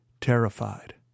terrified